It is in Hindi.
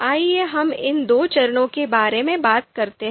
आइए हम इन दो चरणों के बारे में बात करते हैं